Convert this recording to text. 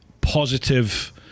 positive